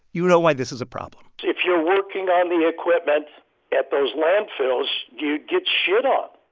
you know why this is a problem if you're working on the equipment at those landfills, you get shit on